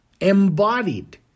embodied